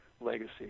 legacy